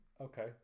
Okay